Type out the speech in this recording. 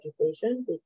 education